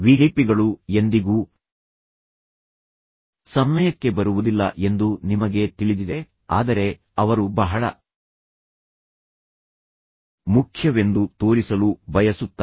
ವಿಐಪಿಗಳು ಎಂದಿಗೂ ಸಮಯಕ್ಕೆ ಬರುವುದಿಲ್ಲ ಎಂದು ನಿಮಗೆ ತಿಳಿದಿದೆ ಆದರೆ ಅವರು ಬಹಳ ಮುಖ್ಯವೆಂದು ತೋರಿಸಲು ಬಯಸುತ್ತಾರೆ